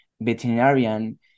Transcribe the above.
veterinarian